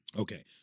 Okay